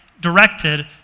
directed